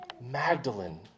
Magdalene